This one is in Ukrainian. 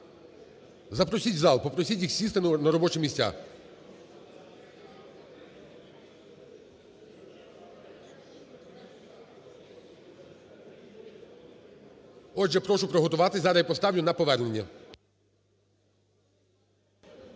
Запросіть в зал, попросіть їх сісти на робочі місця. Отже, прошу приготуватися, зараз я поставлю на повернення.